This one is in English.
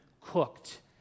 cooked